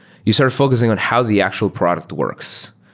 you're sort of focusing on how the actual product works.